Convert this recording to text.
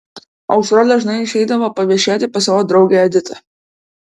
aušra dažnai išeidavo paviešėti pas savo draugę editą